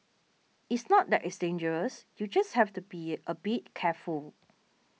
it's not that it's dangerous you just have to be a bit careful